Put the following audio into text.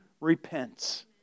repents